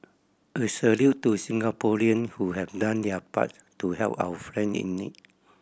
a salute to Singaporean who had done their part to help our friend in need